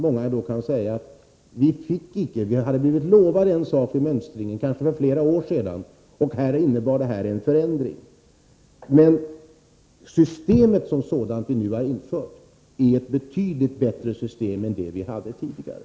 Många kan säga: Vi hade blivit lovade en sak vid mönstringen — som kanske skedde för flera år sedan — och sedan blev det inte så, utan det gjordes en förändring. Men det system som vi nu har infört är betydligt bättre än det som vi hade tidigare.